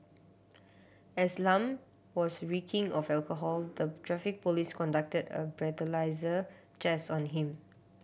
as Lam was reeking of alcohol the Traffic Police conducted a breathalyser test on him